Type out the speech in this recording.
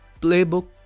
playbook